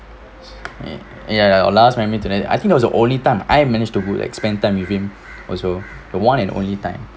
eh ya ya ya our last memory till then I think that was the only time I managed to go and spent time with him also the one and only time